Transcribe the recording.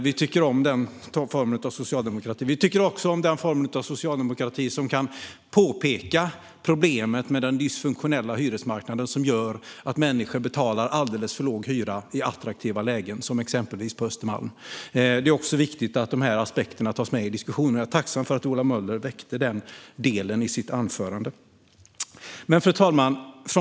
Vi tycker också om den socialdemokrati som påtalar problemet med en dysfunktionell hyresmarknad där människor betalar alldeles för låg hyra i attraktiva lägen, exempelvis på Östermalm. Det är viktigt att dessa aspekter tas med i diskussionen, och jag är tacksam för att Ola Möller tog upp detta i sitt anförande. Fru talman!